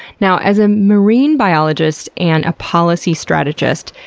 now, as a marine biologist and a policy strategist,